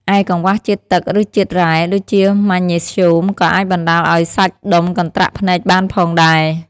ឯ កង្វះជាតិទឹក ឬជាតិរ៉ែ ដូចជាម៉ាញ៉េស្យូម ក៏អាចបណ្ដាលឱ្យសាច់ដុំកន្ត្រាក់ភ្នែកបានផងដែរ។